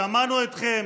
שמענו אתכם,